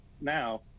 now